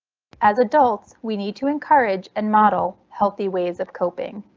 as adults, we need to encourage and model healthy ways of coping.